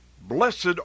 Blessed